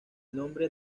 nombre